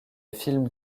film